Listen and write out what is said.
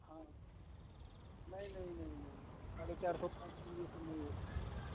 हाँ नहीं नहीं नही नही साढ़े चार सौ पाँच सौ में ये सब नही है